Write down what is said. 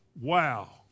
wow